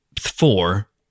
four